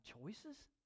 choices